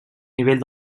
nivell